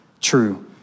true